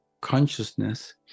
consciousness